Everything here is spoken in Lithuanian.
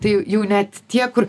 tai jau net tie kur